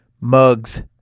mugs